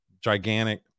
gigantic